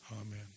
amen